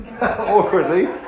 awkwardly